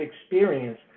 experience